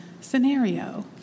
scenario